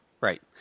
Right